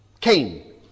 Cain